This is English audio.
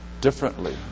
differently